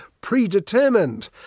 predetermined